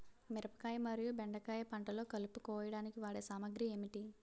మిరపకాయ మరియు బెండకాయ పంటలో కలుపు కోయడానికి వాడే సామాగ్రి ఏమిటి?